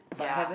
ya